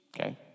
Okay